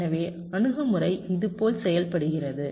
எனவே அணுகுமுறை இதுபோல் செயல்படுகிறது